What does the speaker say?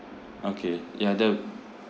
okay ya that will